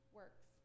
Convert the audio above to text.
works